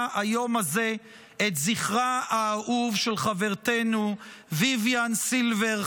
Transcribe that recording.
היום הזה את זכרה האהוב של חברתנו ויויאן סילבר,